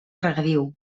regadiu